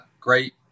Great